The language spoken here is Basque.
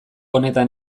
honetan